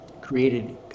created